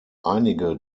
einige